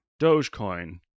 Dogecoin